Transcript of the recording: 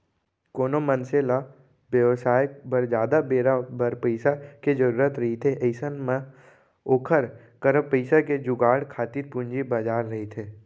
कोनो मनसे ल बेवसाय बर जादा बेरा बर पइसा के जरुरत रहिथे अइसन म ओखर करा पइसा के जुगाड़ खातिर पूंजी बजार रहिथे